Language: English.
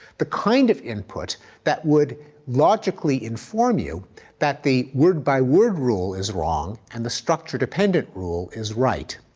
the kind of input that would logically inform you that the word-by-word rule is wrong and the structure dependent rule is right.